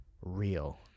real